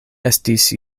estis